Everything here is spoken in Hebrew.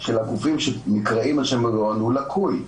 של הגופים שנקראים על שם בן-גוריון הוא לקוי.